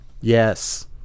yes